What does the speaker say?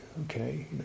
okay